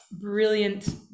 brilliant